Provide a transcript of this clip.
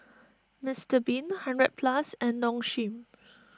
Mister Bean hundred Plus and Nong Shim